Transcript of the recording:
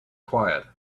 quiet